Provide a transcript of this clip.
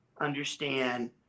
understand